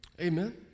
Amen